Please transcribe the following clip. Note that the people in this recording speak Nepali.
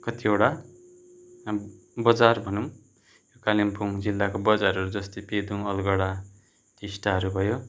कतिवटा अब बजार भनौँ कालिम्पोङ जिल्लाको बजारहरू जस्तै पेदोङ अलगढा टिस्टाहरू भयो